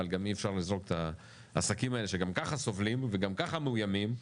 אבל גם אי אפשר לזרוק את העסקים האלה שגם ככה סובלים וגם ככה מאוימים,